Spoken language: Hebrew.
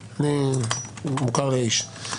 מוכר לי האיש.